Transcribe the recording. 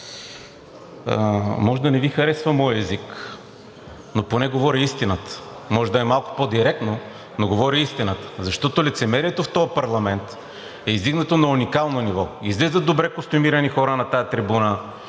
може да не Ви харесва моя език, но поне говоря истината. Може да е малко по-директно, но говоря истината, защото лицемерието в този парламент е издигнато на уникално ниво. Излизат добре костюмирани хора на тази трибуна